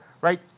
right